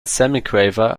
semiquaver